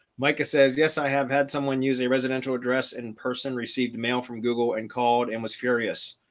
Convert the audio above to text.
micah says yes, i have had someone use a residential address and person received the mail from google and called and was furious.